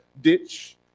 ditch